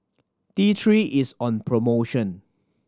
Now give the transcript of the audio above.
T Three is on promotion